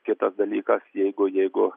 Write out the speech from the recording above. kitas dalykas jeigu jeigu